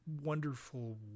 wonderful